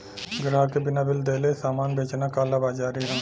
ग्राहक के बिना बिल देले सामान बेचना कालाबाज़ारी हौ